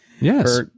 yes